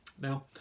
Now